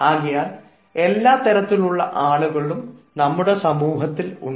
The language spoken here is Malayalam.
ആകയാൽ എല്ലാ തരത്തിലുള്ള ആളുകളും നമ്മുടെ സമൂഹത്തിൽ ഉണ്ട്